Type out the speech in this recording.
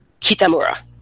Kitamura